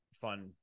fun